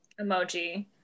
emoji